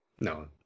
no